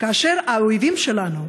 כאשר האויבים שלנו,